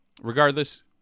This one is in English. regardless